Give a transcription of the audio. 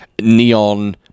neon